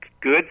good